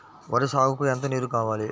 వరి సాగుకు ఎంత నీరు కావాలి?